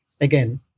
again